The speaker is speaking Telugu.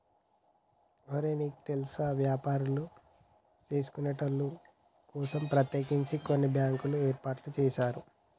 ఒరే నీకు తెల్సా వ్యాపారులు సేసుకొనేటోళ్ల కోసం ప్రత్యేకించి కొన్ని బ్యాంకులు ఏర్పాటు సేసారు